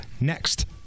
next